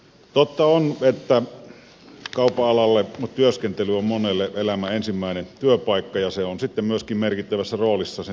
totta on että kaupan alalla työskentely on monelle elämän ensimmäinen työpaikka ja se on sitten myöskin merkittävässä roolissa sen työuran avaajana